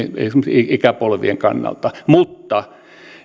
ikäpolvien kannalta mutta